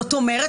זאת אומרת,